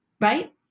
right